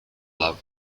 love